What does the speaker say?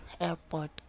airport